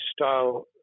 style